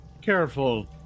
careful